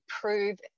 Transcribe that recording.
prove